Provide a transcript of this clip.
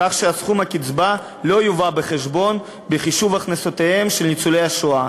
כך שסכום הקצבה לא יובא בחשבון בחישוב הכנסותיהם של ניצולי השואה,